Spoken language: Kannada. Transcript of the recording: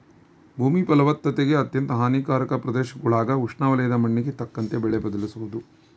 ಭೂಮಿ ಫಲವತ್ತತೆಗೆ ಅತ್ಯಂತ ಹಾನಿಕಾರಕ ಪ್ರದೇಶಗುಳಾಗ ಉಷ್ಣವಲಯದ ಮಣ್ಣಿಗೆ ತಕ್ಕಂತೆ ಬೆಳೆ ಬದಲಿಸೋದು